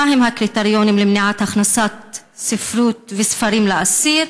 מהם הקריטריונים למניעת הכנסת ספרות וספרים לאסיר?